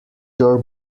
your